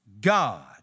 God